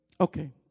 Okay